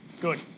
Good